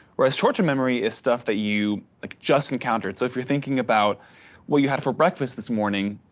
whereas short term memory is stuff that you like just encountered. so if you're thinking about what you had for breakfast this morning,